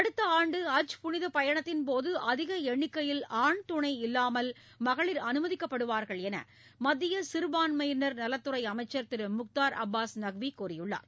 அடுத்த ஆண்டு ஹஜ் புனித பயணத்தின் போது அதிக எண்ணிக்கையில் ஆண் துணை இல்லாமல் மகளிர் அனுமதிக்கப்படுவார்கள் என்று மத்திய சிறுபான்மையினர் நலத் துறை அமைச்சர் திரு முக்தார் அப்பாஸ் நக்வி கூறியுள்ளார்